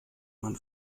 man